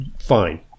fine